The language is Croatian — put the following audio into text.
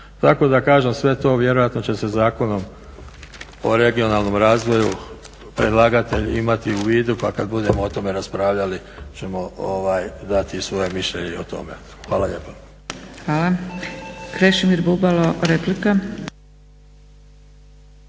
Tako da kažem sve to vjerojatno će se Zakonom o regionalnom razvoju predlagatelj imati u vidu pa kada budemo o tome raspravljali ćemo dati svoje mišljenje i o tome. Hvala lijepa. **Zgrebec, Dragica